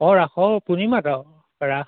অঁ ৰাসৰ পূৰ্ণিমাত আৰু ৰাস